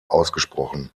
ausgesprochen